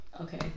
Okay